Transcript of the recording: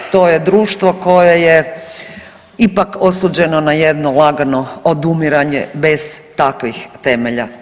To je društvo koje je ipak osuđeno na jedno lagano odumiranje bez takvih temelja.